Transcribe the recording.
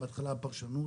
בהתחלה הפרשנות